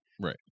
Right